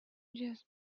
just